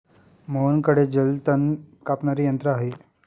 मोहनकडे जलतण कापणारे यंत्र आहे